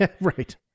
right